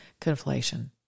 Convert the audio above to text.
Conflation